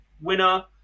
winner